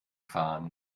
fahren